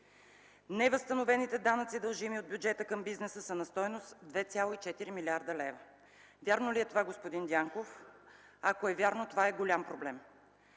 Невъзстановените данъци, дължими от бюджета към бизнеса, са на стойност 2,4 млрд. лв.”. Вярно ли е това, господин Дянков? Ако е вярно, това е голям проблем.